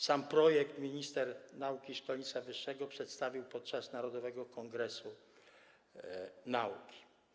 Sam projekt minister nauki i szkolnictwa wyższego przedstawił podczas Narodowego Kongresu Nauki.